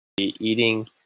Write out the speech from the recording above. eating